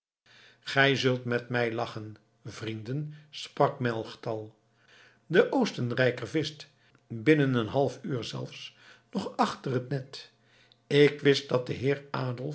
gij zult met mij lachen vrienden sprak melchtal de oostenrijker vischt binnen een half uur zelfs nog achter het net ik wist dat heer